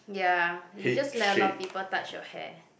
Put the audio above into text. ya you just let a lot of people touch your hair